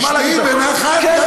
תשמעי בנחת.